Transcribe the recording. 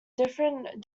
different